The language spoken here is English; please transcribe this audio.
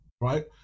right